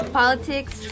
politics